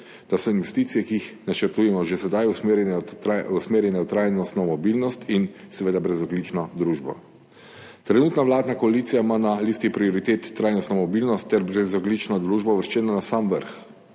da so investicije, ki jih načrtujemo, že sedaj usmerjene v trajnostno mobilnost in seveda brezogljično družbo. Trenutna vladna koalicija ima na listi prioritet trajnostno mobilnost ter brezogljično družbo uvrščena na sam vrh.